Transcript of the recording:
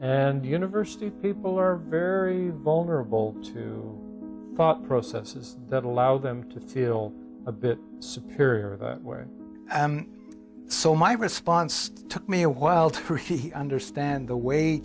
and university people are very vulnerable to thought processes that allow them to feel a bit supporter that way so my response took me a while to see understand the way